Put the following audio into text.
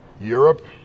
Europe